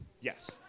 yes